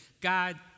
God